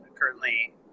currently